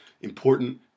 important